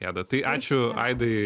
ėda tai ačiū aidai